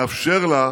מאפשר לה,